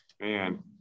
Man